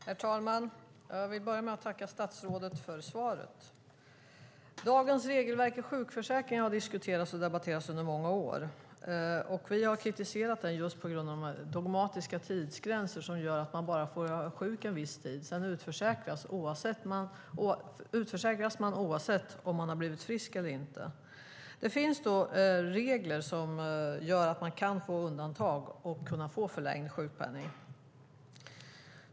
Herr talman! Jag vill börja med att tacka statsrådet för svaret. Dagens regelverk i sjukförsäkringen har diskuterats och debatterats under många år. Vi har kritiserat den just på grund av de dogmatiska tidsgränser som gör att man bara får vara sjuk en viss tid. Sedan utförsäkras man oavsett om man har blivit frisk eller inte. Det finns regler som gör att man kan få undantag och därmed förlängd sjukpenning.